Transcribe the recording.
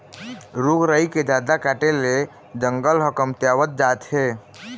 रूख राई के जादा काटे ले जंगल ह कमतियावत जात हे